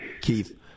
Keith